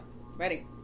Ready